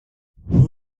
who